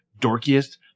dorkiest